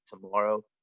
tomorrow